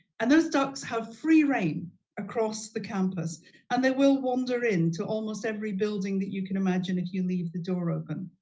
and those ducks have free reign across the campus and they will wander into almost every building you can imagine if you leave the door open.